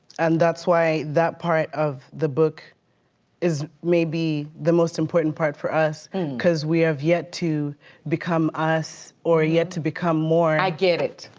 and that's why that part of the book is maybe the most important part for us cause we have yet to become us or yet to become more. i get it,